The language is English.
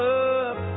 up